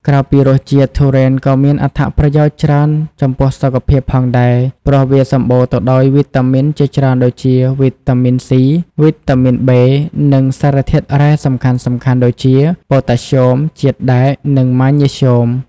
ក្រៅពីរសជាតិ ទុរេនក៏មានអត្ថប្រយោជន៍ច្រើនចំពោះសុខភាពផងដែរ ព្រោះវាសម្បូរទៅដោយវីតាមីនជាច្រើនដូចជា វីតាមីន ស៊ី វីតាមីន ប៊េ និងសារធាតុរ៉ែសំខាន់ៗដូចជា ប៉ូតាស្យូម ជាតិដែក និងម៉ាញ៉េស្យូម។